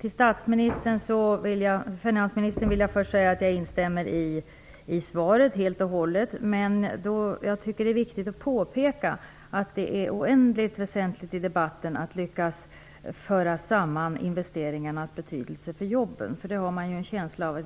Fru talman! Till finansministern vill jag säga att jag helt och hållet instämmer i svaret. Men det är viktigt att påpeka i debatten att det är oändligt väsentligt att lyckas föra samman investeringarnas betydelse för jobben. I debatten har man många gånger en känsla av